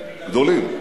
גדולים.